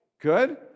good